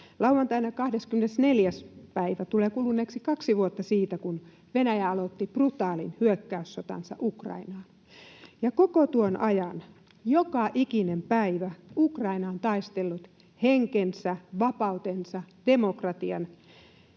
lauantaina 24. päivä tulee kuluneeksi kaksi vuotta siitä, kun Venäjä aloitti brutaalin hyökkäyssotansa Ukrainaan, ja koko tuon ajan, joka ikinen päivä, Ukraina on taistellut henkensä, vapautensa, demokratian